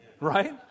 Right